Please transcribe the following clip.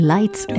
Lights